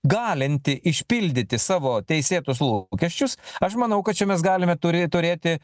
galinti išpildyti savo teisėtus lūkesčius aš manau kad čia mes galime turė turėti